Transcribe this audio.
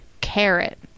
Carrot